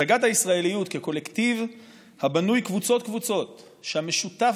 הצגת הישראליות כקולקטיב הבנוי קבוצות-קבוצות שהמשותף